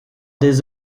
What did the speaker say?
des